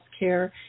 healthcare